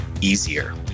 easier